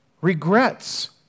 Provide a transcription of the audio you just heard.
Regrets